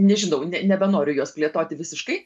nežinau ne nebenoriu jos plėtoti visiškai